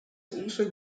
also